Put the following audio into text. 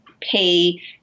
pay